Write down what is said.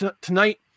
tonight